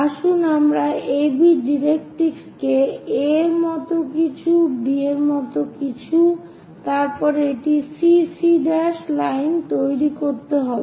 আসুন আমরা AB ডাইরেক্ট্রিক্সকে A এর মতো কিছু B এর মতো কিছু তারপর একটি CC' লাইন তৈরি করতে হবে